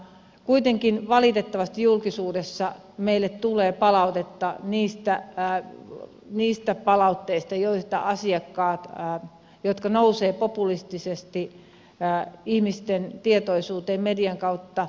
kuitenkin valitettavasti julkisuudessa meille tulee palautetta niistä palautteista jotka nousevat populistisesti ihmisten tietoisuuteen median kautta